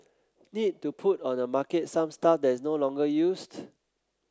need to put on the market some stuff that is no longer used